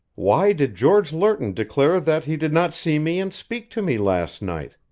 why did george lerton declare that he did not see me and speak to me last night?